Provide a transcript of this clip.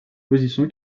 position